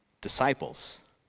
disciples